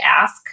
ask